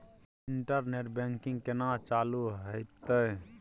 Internet banking केना चालू हेते?